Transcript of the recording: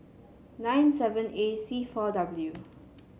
nine seven A C four W